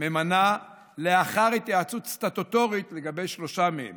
ממנה לאחר התייעצות סטטוטורית לגבי שלושה מהם